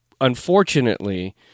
unfortunately